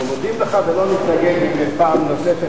אנחנו מודים לך ולא נתנגד אם פעם נוספת